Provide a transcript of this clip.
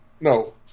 No